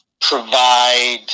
provide